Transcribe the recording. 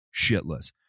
shitless